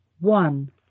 one